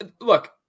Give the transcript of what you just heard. look